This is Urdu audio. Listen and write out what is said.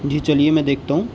جی چلیے میں دیکھتا ہوں